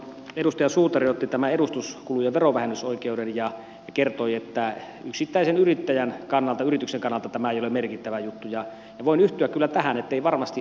edustaja suutari otti esille tämän edustuskulujen verovähennysoikeuden ja kertoi että yksittäisen yrittäjän yrityksen kannalta tämä ei ole merkittävä juttu ja voin yhtyä kyllä tähän ettei varmasti ole